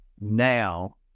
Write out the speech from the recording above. now